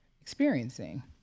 experiencing